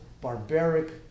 barbaric